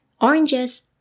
oranges